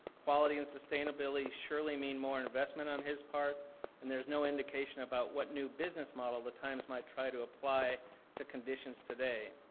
quality and sustainability surely mean more investment on his part and there's no indication about what new business model the times might try to apply to conditions today.